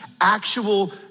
actual